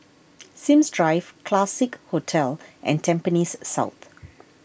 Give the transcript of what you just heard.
Sims Drive Classique Hotel and Tampines South